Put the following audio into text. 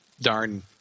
darn